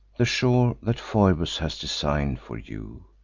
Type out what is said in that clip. the shore that phoebus has design'd for you,